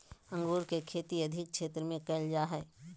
अंगूर के खेती अधिक क्षेत्र में कइल जा हइ